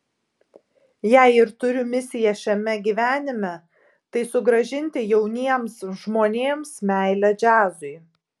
jei ir turiu misiją šiame gyvenime tai sugrąžinti jauniems žmonėms meilę džiazui